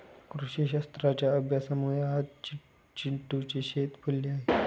कृषीशास्त्राच्या अभ्यासामुळे आज चिंटूचे शेत फुलले आहे